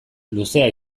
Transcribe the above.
luzea